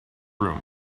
room